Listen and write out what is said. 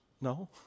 No